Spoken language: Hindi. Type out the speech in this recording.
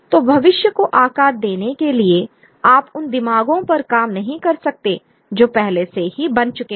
तो भविष्य को आकार देने के लिए आप उन दिमागों पर काम नहीं कर सकते जो पहले से ही बन चुके हैं